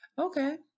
Okay